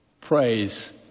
praise